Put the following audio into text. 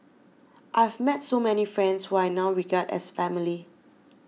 I have met so many friends who I now regard as family